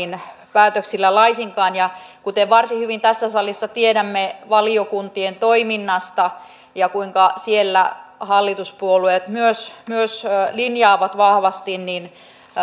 päätöksillä laisinkaan ja kuten varsin hyvin tässä salissa tiedämme valiokuntien toiminnan ja sen kuinka siellä hallituspuolueet myös myös linjaavat vahvasti niin